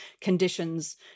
conditions